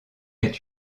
est